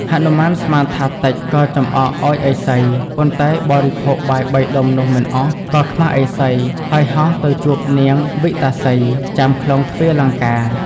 ហនុមានស្មានថាតិចក៏ចំអកឱ្យឥសី ប៉ុន្តែបរិភោគបាយបីដុំនោះមិន អស់ក៏ខ្មាស់ឥសី ហើយហោះទៅជួបនាងវិកតាសី ចាំក្លោងទ្វារលង្កា។